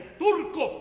turco